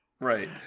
Right